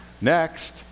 next